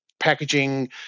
packaging